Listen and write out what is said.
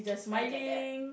I get that